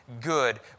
good